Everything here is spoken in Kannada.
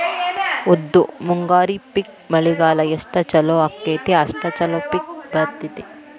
ಉದ್ದು ಮುಂಗಾರಿ ಪಿಕ್ ಮಳಿಗಾಲ ಎಷ್ಟ ಚಲೋ ಅಕೈತಿ ಅಷ್ಟ ಚಲೋ ಪಿಕ್ ಬರ್ತೈತಿ